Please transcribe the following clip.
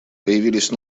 появились